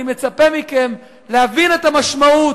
אני מצפה מכם להבין את המשמעות,